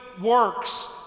works